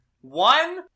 One